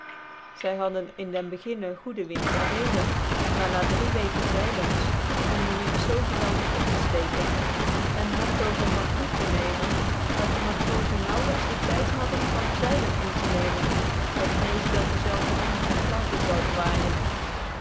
zy hadden in den beginne goede wind en weder maar na drie weken zylcns begon dc wind zoo geweldig op tc ftccken cn hand overhand toe te nemen dat de matrozen nauwclyks dc tyd hadden van dc zylcn in tc nemen uit een neger j uit vrees dat dezelve anders aan flarden zouden waijen